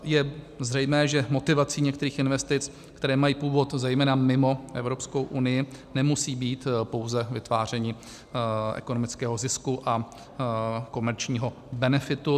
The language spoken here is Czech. Je zřejmé, že motivací některých investic, které mají původ zejména mimo Evropskou unii, nemusí být pouze vytváření ekonomického zisku a komerčního benefitu.